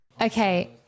okay